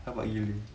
how about you